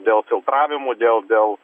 dėl filtravimų dėl dėl